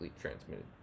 transmitted